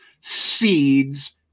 seeds